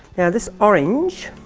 this orange